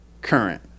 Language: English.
current